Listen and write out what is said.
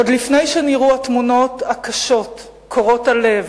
עוד לפני שנראו התמונות הקשות, קורעות הלב,